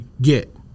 get